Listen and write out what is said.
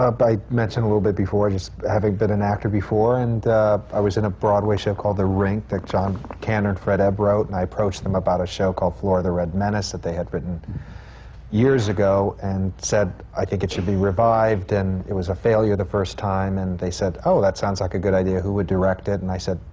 mentioned a little bit before, just having been an actor before. and i was in a broadway show called the rink that john kander and fred ebb wrote. and i approached them about a show called flora, the red menace that they had written years ago and said, i think it should be revived. and it was a failure the first time, and they said, oh, that sounds like a good idea. who would direct it? and i said,